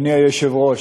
אדוני היושב-ראש,